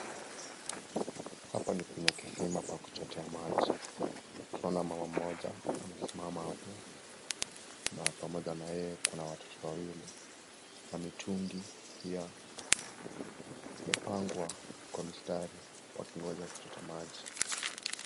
Hapa ni kwenye kisima pa kuchotea maji, tunaona mama moja amesimama hapo na pamoja na yeye kuna watoto wawili , na mitungi pia yamepangwa mistari wakingoja kuchotea maji.